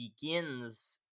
begins